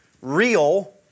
real